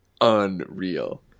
Unreal